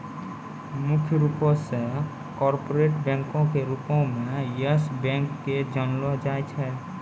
मुख्य रूपो से कार्पोरेट बैंको के रूपो मे यस बैंक के जानलो जाय छै